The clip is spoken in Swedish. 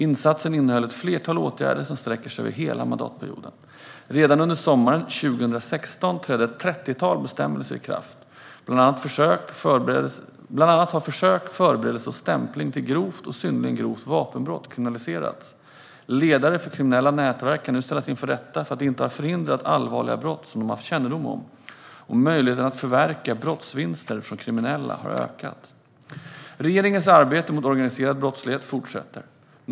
Insatsen innehöll ett flertal åtgärder som sträcker sig över hela mandatperioden. Redan under sommaren 2016 trädde ett trettiotal bestämmelser i kraft. Bland annat har försök, förberedelse och stämpling till grovt och synnerligen grovt vapenbrott kriminaliserats. Ledare för kriminella nätverk kan nu ställas inför rätta för att de inte har förhindrat allvarliga brott som de haft kännedom om, och möjligheterna att förverka brottsvinster från kriminella har ökat. Regeringens arbete mot organiserad brottslighet fortsätter.